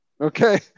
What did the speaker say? Okay